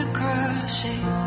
crushing